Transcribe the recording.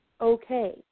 okay